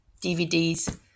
DVDs